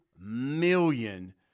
million